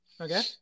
Okay